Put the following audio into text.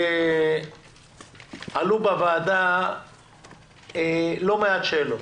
עלו בוועדה לא מעט שאלות.